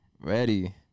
Ready